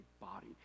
body